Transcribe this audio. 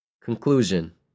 Conclusion